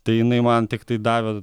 tai jinai man tiktai davė